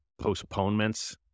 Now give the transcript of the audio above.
postponements